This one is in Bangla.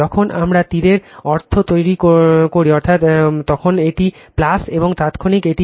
যখন আমরা তীরের অর্থ তৈরি করি তখন এটি এবং তাত্ক্ষণিক এটি